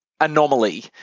anomaly